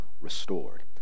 restored